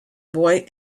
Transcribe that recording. boy